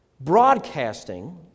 broadcasting